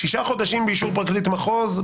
ששה חודשים באישור פרקליט מחוז?